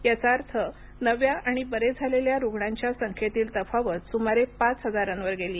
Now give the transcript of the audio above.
याचा अर्थ नव्या आणि बरे झालेल्या रुग्णांच्या संख्येतील तफावत सुमारे पाच हजारांवर गेली